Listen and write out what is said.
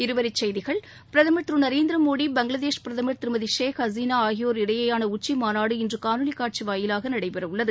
இருவரிச் செய்திகள் பிரதமர் திருநரேந்திர மோடி பங்களாதேஷ் பிரதமர் திருமதி ஷேக் ஹசீனா ஆகியோர் இடையிலான உச்சி மாநாடு இன்று காணொலி காட்சி வாயிலாக நடைபெறவுள்ளது